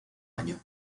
año